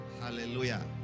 Hallelujah